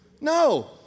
No